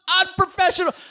unprofessional